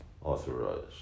authorized